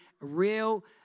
real